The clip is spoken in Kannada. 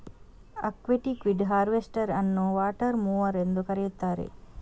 ಅಕ್ವಾಟಿಕ್ವೀಡ್ ಹಾರ್ವೆಸ್ಟರ್ ಅನ್ನುವಾಟರ್ ಮೊವರ್ ಎಂದೂ ಕರೆಯುತ್ತಾರೆ